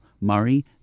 Murray